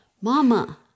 Mama